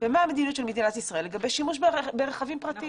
ומה המדיניות של מדינת ישראל לגבי שימוש ברכבים פרטיים.